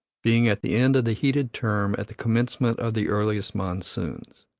being at the end of the heated term at the commencement of the earliest monsoons.